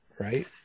Right